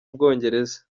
bwongereza